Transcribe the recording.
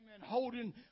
holding